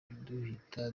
duhita